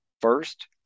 First